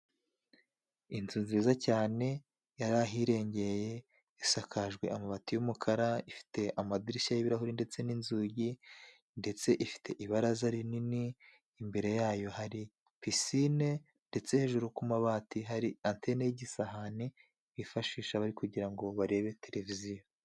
Inzu nziza cyane yari ahirengeye isakajwe amabati y'umukara, ifite amadirishya y'ibirahuri ndetse n'inzugi ndetse ifite ibaraza rinini imbere yayo hari pisine, ndetse hejuru ku mabati hari anteni y'igisahani bifashisha bari kugira ngo barebe televiziyo.